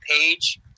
page